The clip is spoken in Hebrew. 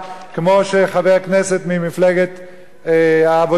כמו שחבר הכנסת ממפלגת העבודה אמר,